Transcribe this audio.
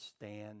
stand